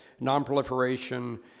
nonproliferation